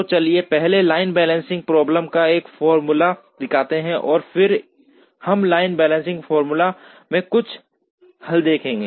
तो चलिए पहले लाइन बैलेंसिंग प्रॉब्लम का एक फॉर्मूला दिखाते हैं और फिर हम लाइन बैलेंसिंग प्रॉब्लम के कुछ हल देखेंगे